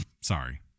sorry